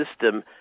system –